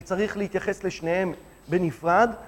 צריך להתייחס לשניהם בנפרד